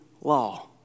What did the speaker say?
law